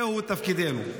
זהו תפקידנו.